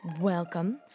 Welcome